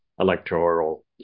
Electoral